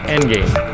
Endgame